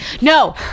No